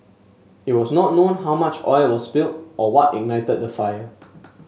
it was not known how much oil was spilled or what ignited the fire